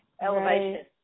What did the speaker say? elevation